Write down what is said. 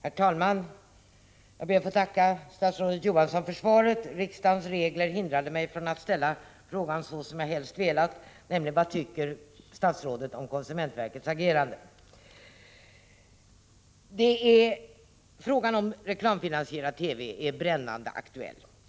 Herr talman! Jag ber att få tacka statsrådet Johansson för svaret. Riksdagens regler hindrade mig från att ställa frågan såsom jag helst hade velat, nämligen: Vad tycker statsrådet om konsumentverkets agerande? Frågan om reklamfinansierad TV är brännande aktuell.